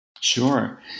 Sure